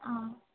आम्